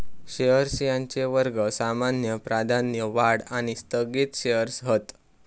shares यांचे वर्ग सामान्य, प्राधान्य, वाढ आणि स्थगित शेअर्स हत